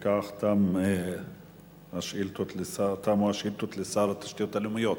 בכך תמו השאילתות לשר התשתיות הלאומיות.